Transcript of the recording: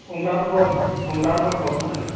ᱚᱢᱨᱟᱨ ᱜᱚᱲ ᱚᱢᱨᱟᱨ ᱜᱚᱲ ᱵᱟᱵᱩᱨ ᱰᱟᱸᱜᱟ